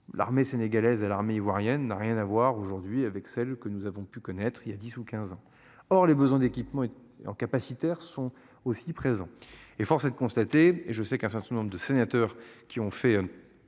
l'armée sénégalaise et l'armée ivoirienne n'a rien à voir aujourd'hui avec celle que nous avons pu connaître il y a 10 ou 15 ans. Or les besoins d'équipement en capacitaire sont aussi présents. Et force est de constater et je sais qu'un certain nombre de sénateurs qui ont fait.